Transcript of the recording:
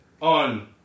On